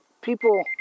people